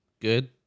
good